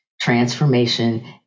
transformation